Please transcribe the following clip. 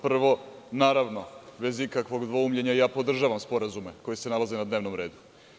Prvo, bez ikakvog dvoumljenja, podržavam sporazume koji se nalaze na dnevnom redu.